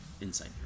insight